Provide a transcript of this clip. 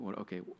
okay